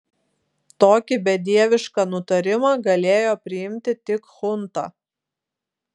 tokį bedievišką nutarimą galėjo priimti tik chunta